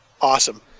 Awesome